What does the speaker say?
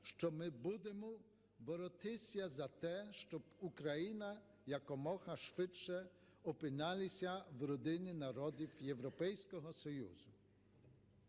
що ми будемо боротися за те, щоб Україна якомога швидше опинилася в родині народів Європейського Союзу.